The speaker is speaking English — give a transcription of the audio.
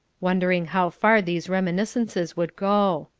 wondering how far these reminiscences would go.